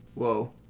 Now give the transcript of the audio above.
Whoa